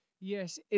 Yes